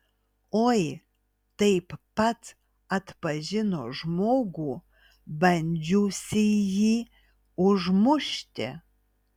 oi taip pat atpažino žmogų bandžiusįjį užmušti